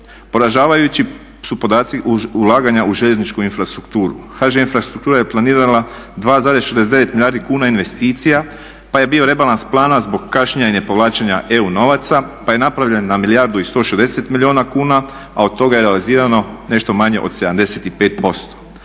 Poražavajući su podaci ulaganja u željezničku infrastrukturu. HŽ Infrastruktura je planirala 2,69 milijardi kuna investicija pa je bio rebalans plana zbog kašnjenja i ne povlačenja EU novaca. Pa je napravljen na milijardu i 160 milijuna kuna, a od toga je realizirano nešto manje od 75%.